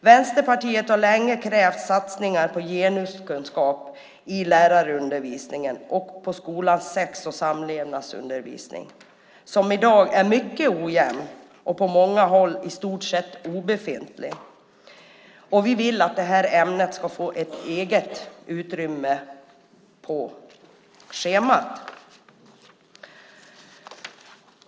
Vänsterpartiet har länge krävt satsningar på genuskunskap i lärarundervisningen och i skolans sex och samlevnadsundervisning som i dag är mycket ojämn och på många håll i stort sett obefintlig. Vi vill att detta ämne ska få ett eget utrymme i schemat.